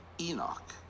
Enoch